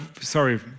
sorry